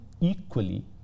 equally